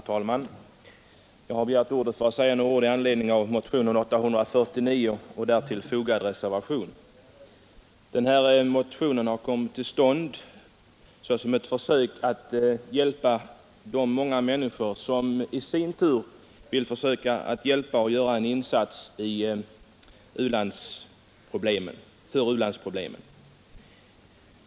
Herr talman! Jag har begärt ordet med anledning av motionen 849 och den vid utskottsbetänkandet fogade reservationen 2. Motionen har till syfte att försöka hjälpa de många människor som i sin tur vill försöka hjälpa genom att göra en insats i u-länder.